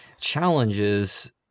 challenges